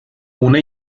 ohne